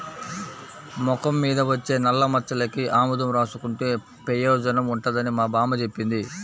మొఖం మీద వచ్చే నల్లమచ్చలకి ఆముదం రాసుకుంటే పెయోజనం ఉంటదని మా బామ్మ జెప్పింది